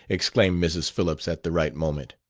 exclaimed mrs. phillips, at the right moment.